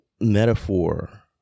metaphor